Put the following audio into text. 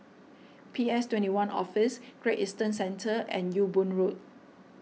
P S twenty one Office Great Eastern Centre and Ewe Boon Road